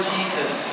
Jesus